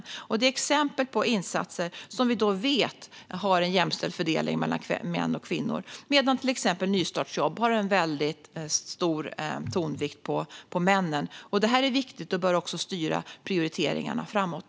Detta är exempel på insatser som vi vet har en jämställd fördelning mellan män och kvinnor, medan till exempel nystartsjobben har stor tonvikt på männen. Det här är viktigt och bör också styra prioriteringarna framåt.